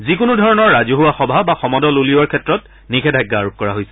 যিকোনোধৰণৰ ৰাজহুৱা সভা বা সমদল উলিওৱাৰ ক্ষেত্ৰত নিষেধাজ্ঞা আৰোপ কৰা হৈছে